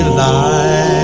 light